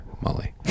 Molly